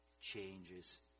changes